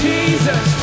Jesus